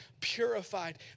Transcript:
purified